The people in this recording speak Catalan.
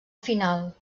final